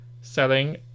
selling